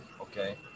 Okay